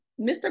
Mr